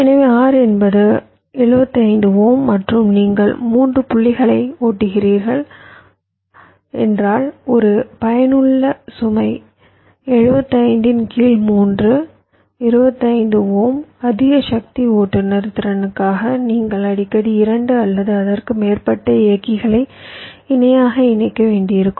எனவே R என்பது 75 ohm மற்றும் நீங்கள் 3 புள்ளிகளை ஓட்டுகிறீர்கள் என்றால் ஒரு பயனுள்ள சுமை 753 25 ஓம் அதிக சக்தி ஓட்டுநர் திறனுக்காக நீங்கள் அடிக்கடி 2 அல்லது அதற்கு மேற்பட்ட இயக்கிகளை இணையாக இணைக்க வேண்டியிருக்கும்